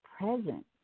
present